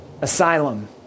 Asylum